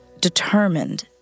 determined